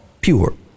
pure